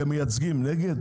כמייצגים, נגד?